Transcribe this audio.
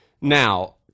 now